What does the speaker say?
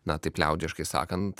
na taip liaudiškai sakant